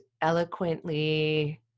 eloquently